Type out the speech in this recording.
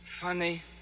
Funny